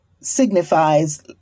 signifies